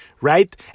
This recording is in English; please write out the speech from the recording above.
right